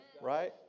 Right